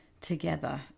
together